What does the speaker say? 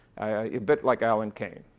a bit like allen kane,